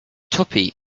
tuppy